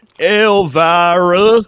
elvira